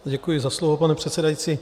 Děkuji za slovo, pane předsedající.